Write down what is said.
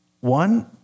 One